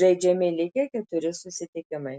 žaidžiami likę keturi susitikimai